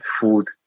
food